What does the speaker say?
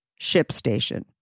ShipStation